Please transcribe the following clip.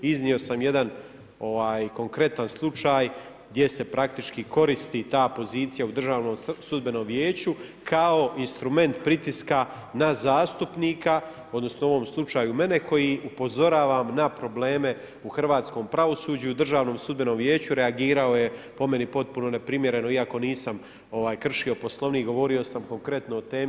Iznio sam jedan konkretan slučaj, gdje se praktički koristi ta pozivima u Državnom sudbenom vijeću, kao instrument pritiska na zastupnika, odnosno, u ovom slučaju mene, koji upozorava na probleme u hrvatskom pravosuđu i u Državnom sudbenom vijeću, reagirao je po meni, potpuno neprimjereno, iako nisam kršio Poslovnik, govorio sam konkretno o temi.